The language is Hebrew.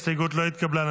הסתייגות 112 לא נתקבלה.